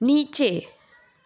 નીચે